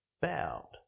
bowed